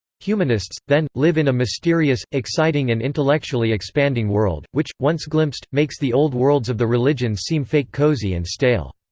humanists, then, live in a mysterious, exciting and intellectually expanding world, which, once glimpsed, makes the old worlds of the religions seem fake-cosy and stale.